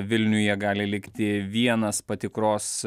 vilniuje gali likti vienas patikros